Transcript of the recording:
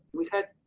we've had,